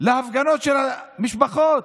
להפגנות של המשפחות